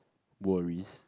worries